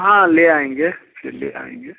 हाँ ले आएँगे फिर ले आएँगे